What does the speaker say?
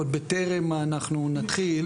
עוד בטרם אנחנו נתחיל,